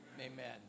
Amen